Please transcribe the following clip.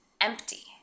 empty